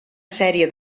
sèrie